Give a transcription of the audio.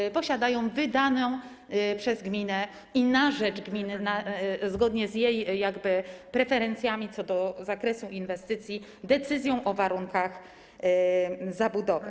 One posiadają wydaną przez gminę i na rzecz gminy, zgodnie jakby z jej preferencjami co do zakresu inwestycji, decyzję o warunkach zabudowy.